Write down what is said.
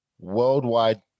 worldwide